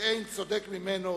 שאין צודק ממנו,